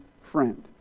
friend